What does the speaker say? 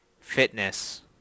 fitness